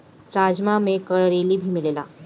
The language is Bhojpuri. राजमा में कैलोरी भी मिलेला